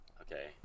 Okay